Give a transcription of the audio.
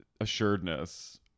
assuredness